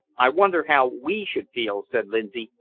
i wonder how we should feel, said lindsay,